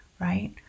Right